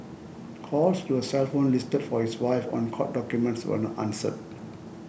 calls to a cell phone listed for his wife on court documents were not answered